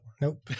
Nope